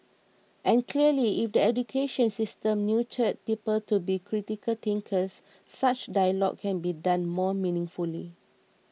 and clearly if the education system nurtured people to be critical thinkers such dialogue can be done more meaningfully